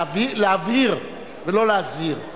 להבהיר ולא להזהיר,